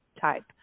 type